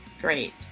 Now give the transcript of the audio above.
Great